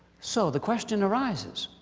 so the question arises,